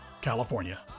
California